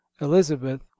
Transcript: elizabeth